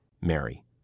Mary